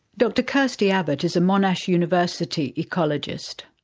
dr kirsti abbott is a monash university ecologist.